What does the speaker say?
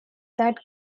that